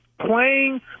playing